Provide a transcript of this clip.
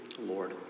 Lord